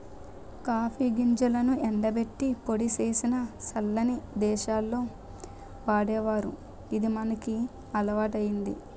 copy గింజలను ఎండబెట్టి పొడి సేసి సల్లని దేశాల్లో వాడేవారు అది మనకి అలవాటయ్యింది